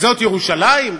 זאת ירושלים?